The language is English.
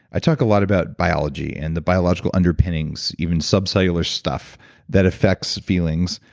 i talk a lot about biology and the biological underpinnings, even sub cellular stuff that affects feelings.